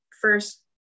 first